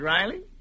Riley